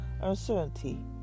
uncertainty